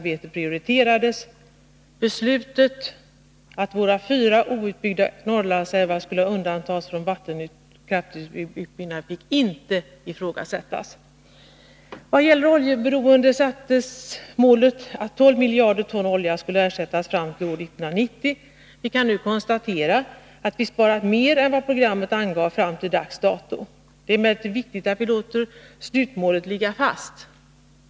Beslutet att våra fyra outbyggda Norrlandsälvar skulle undantas från vattenkraftsutbyggnad fick inte ifrågasättas. Vad gäller oljeberoendet satte vi upp målet att 12 miljarder ton olja skulle ersättas fram till år 1990. Vi kan nu konstatera att vi sparat mer än vad programmet angav fram till dags dato. Det är emellertid viktigt att vi låter slutmålet ligga fast.